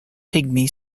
pygmy